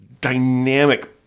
dynamic